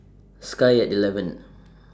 Sky At eleven